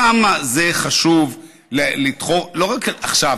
כמה זה חשוב לדחוף לא רק עכשיו,